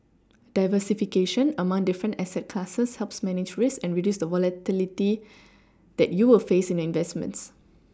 diversification among different asset classes helps manage risk and reduce the volatility that you will face in your investments